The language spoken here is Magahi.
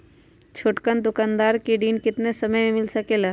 छोटकन दुकानदार के ऋण कितने समय मे मिल सकेला?